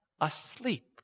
asleep